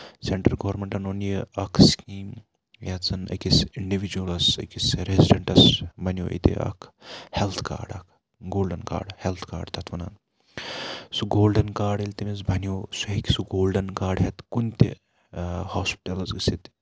centre گورمینٹن اوٚن یہِ اکھ سِکیٖم یَتھ زَن أکِس اِنڈِجوَلَس أکِس ریزِڈینٹَس بَنیو ییٚتہِ اکھ ہیٚلٕتھ کارڈ اکھ گولڈَن کارڈ ہیٚلٕتھ کارڈ تَتھ وَنان سُہ گولڈَن کارڈ ییٚلہِ تٔمِس بنیو سُہ ہیٚکہِ سُہ گولڈَن کارڈ ہٮ۪تھ کُنہِ تہِ ہاسپِٹلَس گٔژھِتھ